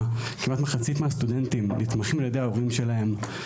וכמעט מחצית מהסטודנטים נתמכים על ידי ההורים שלהם.